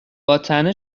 باطعنه